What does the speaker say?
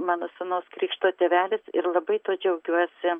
mano sūnaus krikšto tėvelis ir labai tuo džiaugiuosi